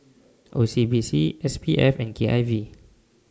O C B C S P F and K I V